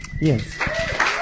Yes